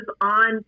on